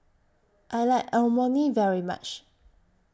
I like Imoni very much